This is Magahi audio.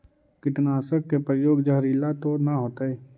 कीटनाशक के प्रयोग, जहरीला तो न होतैय?